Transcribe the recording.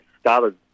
started